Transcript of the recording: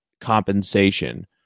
compensation